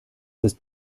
ist